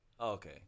Okay